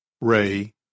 Ray